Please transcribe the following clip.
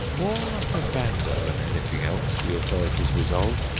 more like a vanda than anything else, the authorities resolve,